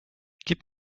gib